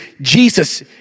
Jesus